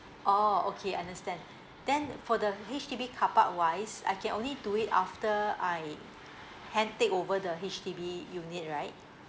oh okay understand then for the H_D_B car park wise I can only do it after I hand takeover the H_D_B unit right